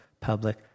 public